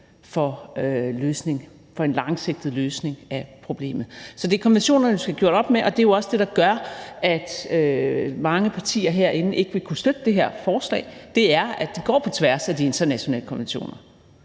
for en langsigtet løsning af problemet. Så det er konventionerne, vi skal gøre op med, og det er jo også det, der gør, at mange partier herinde ikke vil kunne støtte det her forslag: Det går på tværs af de internationale konventioner.